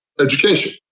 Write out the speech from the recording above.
education